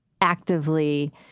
actively